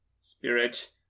Spirit